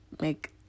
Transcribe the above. make